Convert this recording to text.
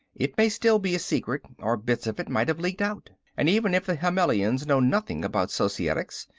it may still be a secret or bits of it might have leaked out. and even if the himmelians know nothing about societics,